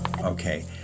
Okay